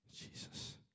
Jesus